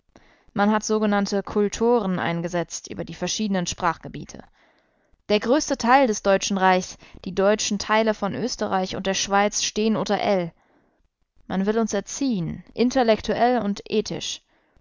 man hat sogenannte kultoren eingesetzt über die verschiedenen sprachgebiete der größte teil des deutschen reichs die deutschen teile von österreich und der schweiz stehen unter ell man will uns erziehen intellektuell und ethisch